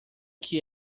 que